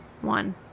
One